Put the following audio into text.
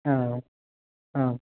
ആ ആ